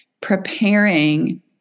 preparing